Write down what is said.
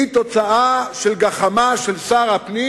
היא תוצאה של גחמה של שר הפנים,